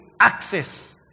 access